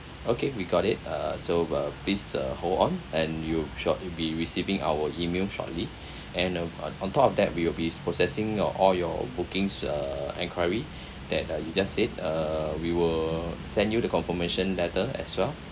okay we got it uh so uh please uh hold on and you shortly will be receiving our email shortly and uh on on top of that we will be processing your all your bookings uh enquiry that uh you just said uh we will send you the confirmation letter as well